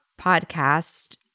podcast